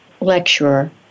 lecturer